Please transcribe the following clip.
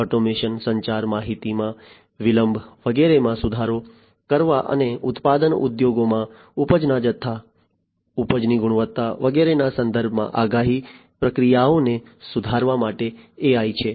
automation સંચાર માહિતીમાં વિલંબ વગેરેમાં સુધારો કરવા અને ઉત્પાદન ઉદ્યોગોમાં ઉપજના જથ્થા ઉપજની ગુણવત્તા વગેરેના સંદર્ભમાં આગાહી પ્રક્રિયાઓને સુધારવા માટે AI